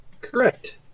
Correct